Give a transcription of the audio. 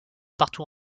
partout